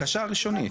הבקשה הראשונית.